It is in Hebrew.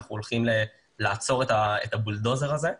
אנחנו הולכים לעצור את הבולדוזר הזה.